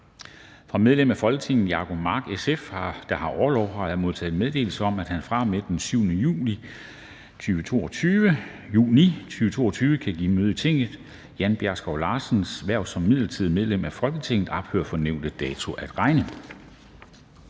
Fra medlem af Folketinget Jacob Mark (SF), der har orlov, har jeg modtaget meddelelse om, at han fra og med den 7. juni 2022 atter kan give møde i Tinget. Jan Bjergskov Larsens (SF) hverv som midlertidigt medlem af Folketinget ophører fra nævnte dato at regne.